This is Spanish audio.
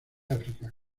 áfrica